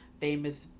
famous